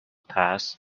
task